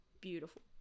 beautiful